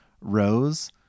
rows